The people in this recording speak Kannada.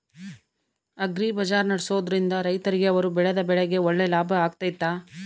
ಅಗ್ರಿ ಬಜಾರ್ ನಡೆಸ್ದೊರಿಂದ ರೈತರಿಗೆ ಅವರು ಬೆಳೆದ ಬೆಳೆಗೆ ಒಳ್ಳೆ ಲಾಭ ಆಗ್ತೈತಾ?